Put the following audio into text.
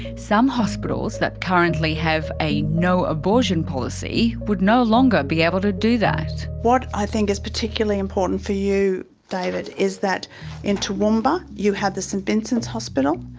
some hospitals that currently have a no abortion policy would no longer be able to do that. what i think is particularly important for you david is that in toowoomba you have the st vincent's hospital.